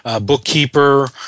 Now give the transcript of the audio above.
bookkeeper